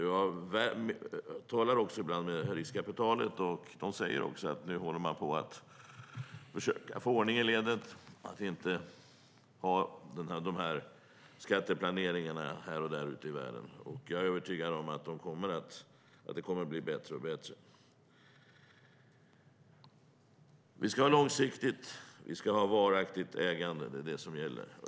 Jag talar ibland med riskkapitalet, och de säger att de håller på att försöka få ordning i leden. De ska inte göra dessa skatteplaneringar här och där ute i världen. Jag är övertygad om att det kommer att bli allt bättre. Vi ska ha långsiktigt och varaktigt ägande; det är det som gäller.